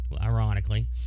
ironically